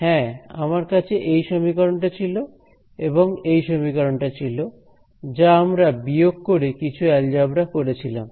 হ্যাঁ আমার কাছে এই সমীকরণটা ছিল এবং এই সমীকরণটা ছিল যা আমরা বিয়োগ করে কিছু অ্যালজাবরা করেছিলাম